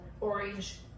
orange